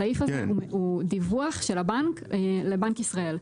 הסעיף הזה הוא דיווח של הבנק לבנק ישראל.